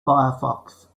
firefox